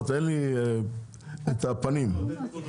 באולימפיאדה ומולו מתחרים יוסאין בולט ועוד כמה אצנים מאוד מאוד